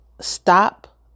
stop